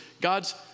God's